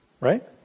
Right